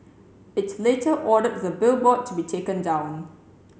it later ordered the billboard to be taken down